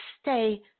stay